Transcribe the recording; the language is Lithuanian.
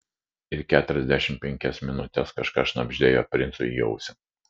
ir keturiasdešimt penkias minutes kažką šnabždėjo princui į ausį